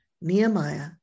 Nehemiah